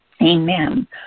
Amen